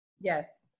Yes